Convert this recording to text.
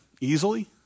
easily